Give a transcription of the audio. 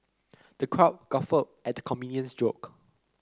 the crowd guffawed at the comedian's joke